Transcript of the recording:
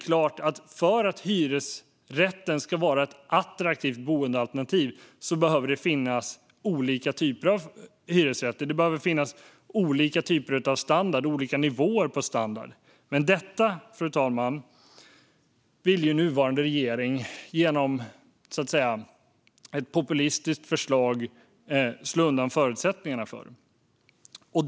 Om hyresrätten ska vara ett attraktivt boendealternativ är det klart att det behöver finnas olika typer av hyresrätter. Det behöver finnas olika typer av standard och olika nivåer på standard. Men detta vill ju nuvarande regering genom ett populistiskt förslag slå undan förutsättningarna för.